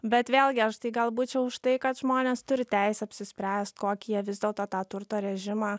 bet vėlgi aš tai gal būčiau už tai kad žmonės turi teisę apsispręst kokį vis dėlto tą turto režimą